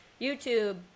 youtube